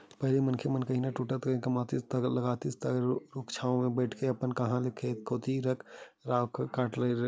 पहिली मनखे मन कनिहा के टूटत ले कमातिस थकासी लागतिस तहांले रूख के छांव म बइठय अब कांहा ल पाबे खेत कोती रुख राई कांट डरथे